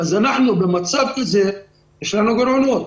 במצב כזה יש לנו גירעונות.